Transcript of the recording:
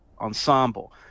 ensemble